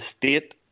state